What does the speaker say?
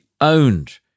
owned